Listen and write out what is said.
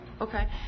okay